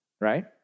right